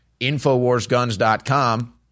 InfoWarsGuns.com